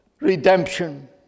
redemption